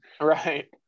right